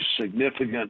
significant